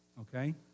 okay